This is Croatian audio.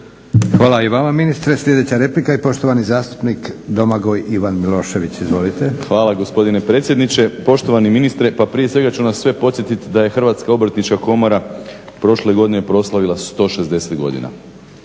Hvala i vama ministre. Sljedeća replika i poštovani zastupnik Domagoj Ivan Milošević. Izvolite. **Milošević, Domagoj Ivan (HDZ)** Hvala gospodine predsjedniče. Poštovani ministre pa prije svega ću nas sve podsjetiti da je Hrvatska obrtnička komora prošle godine proslavila 160 godina.